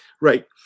Right